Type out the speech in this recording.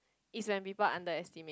is when people underestimate